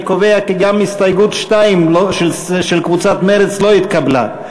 אני קובע כי גם הסתייגות 2 של קבוצת מרצ לא התקבלה.